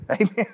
Amen